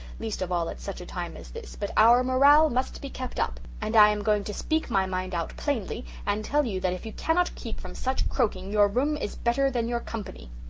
least of all at such a time as this, but our morale must be kept up, and i am going to speak my mind out plainly and tell you that if you cannot keep from such croaking your room is better than your company.